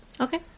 Okay